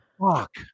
Fuck